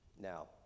Now